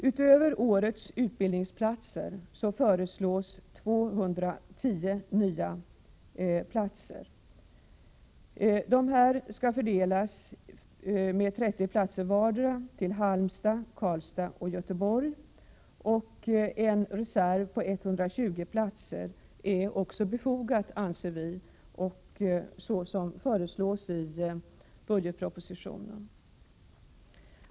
Utöver årets utbildningsplatser föreslås 210 nya platser. Av dessa tilldelas Halmstad, Karlstad och Göteborg vardera 30 platser. Vi anser att en reserv på 120 platser är befogad, vilket föreslås i budgetpropositionen.